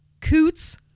Coots